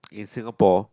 in Singapore